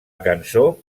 cançó